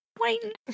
wait